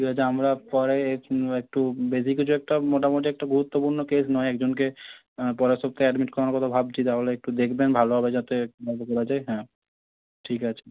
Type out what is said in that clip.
ঠিক আছে আমরা পরে এইচ নিয়ে একটু বেশি কিছু একটা মোটামুটি একটা গুরুত্বপূর্ণ কেস নয় একজনকে পরের সপ্তাহে অ্যাডমিট করানোর কথা ভাবছি তাহলে একটু দেখবেন ভালোভাবে যাতে করা যায় হ্যাঁ ঠিক আছে